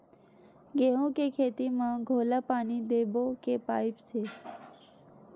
गेहूं के खेती म घोला पानी देबो के पाइप से?